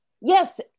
Yes